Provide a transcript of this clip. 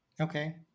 Okay